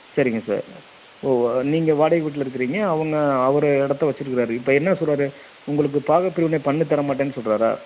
சரிங்க சார் ஓ நீங்கள் வாடகை வீட்டில் இருக்கிறீங்க அவங்க அவர் இடத்த வச்சிருக்குறாரு இப்போ என்ன சொல்றார் உங்களுக்கு பாகப் பிரிவினை பண்ணித் தரமாட்டேன் சொல்கிறாரா